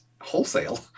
wholesale